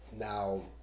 Now